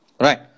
Right